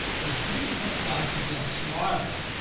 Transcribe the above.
but you have got to get smarter.